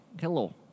hello